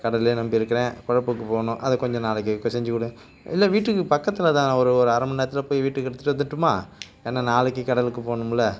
கடல்லே நம்பி இருக்கிறேன் பொழைப்புக்கு போகணும் அதை கொஞ்சம் நாளைக்கே க செஞ்சிக்கொடு இல்லை வீட்டுக்கு பக்கத்தில் தான் ஒரு ஒரு அரை மணி நேரத்தில் போய் வீட்டுக்கு எடுத்துட்டு வந்துடட்டுமா ஏன்னால் நாளைக்குக் கடலுக்குப் போகணும்ல